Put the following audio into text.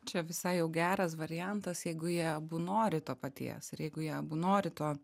čia visai jau geras variantas jeigu jie abu nori to paties ir jeigu jie abu nori to